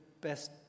best